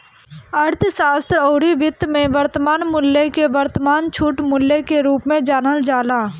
अर्थशास्त्र अउरी वित्त में वर्तमान मूल्य के वर्तमान छूट मूल्य के रूप में जानल जाला